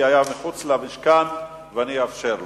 הוא היה מחוץ למשכן ואני אאפשר לו.